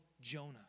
Jonah